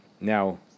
now